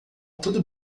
tudo